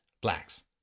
blacks